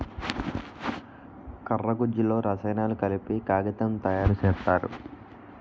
కర్ర గుజ్జులో రసాయనాలు కలిపి కాగితం తయారు సేత్తారు